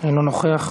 אינו נוכח,